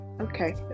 okay